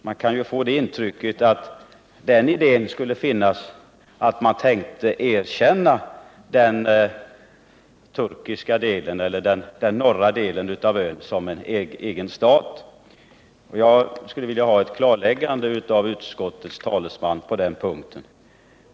Man kan ju få intrycket att Sverige tänker erkänna den turkiska delen av ön som en självständig stat. Jag skulle vilja ha ett klarläggande av utskottets talesman på den punkten.